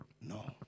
No